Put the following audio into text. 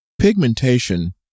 Pigmentation